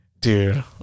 Dude